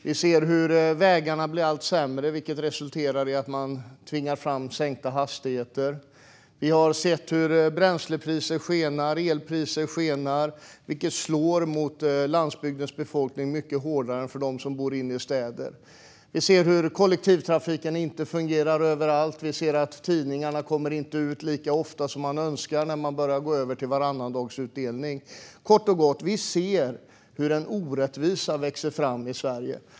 Vi ser hur vägarna blir allt sämre, vilket resulterar i att man tvingar fram sänkta hastigheter. Vi har sett hur bränslepriser och elpriser skenar, vilket slår mycket hårdare mot landsbygdens befolkning än mot dem som bor inne i städer. Vi ser också hur kollektivtrafiken inte fungerar överallt, och vi ser att tidningarna inte kommer ut lika ofta som människor önskar när man börjar gå över till varannandagsutdelning. Kort och gott ser vi hur en orättvisa växer fram i Sverige.